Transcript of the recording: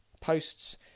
posts